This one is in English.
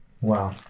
wow